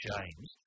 James